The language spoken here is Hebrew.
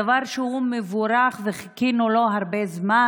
דבר שהוא מבורך וחיכינו לו הרבה זמן.